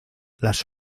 las